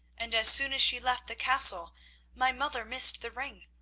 and as soon as she left the castle my mother missed the ring.